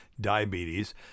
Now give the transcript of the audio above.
diabetes